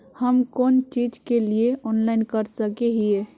हम कोन चीज के लिए ऑनलाइन कर सके हिये?